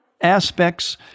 aspects